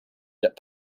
get